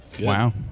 Wow